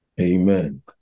Amen